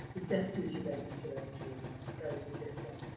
your death duty register entry goes with this one.